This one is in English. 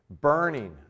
burning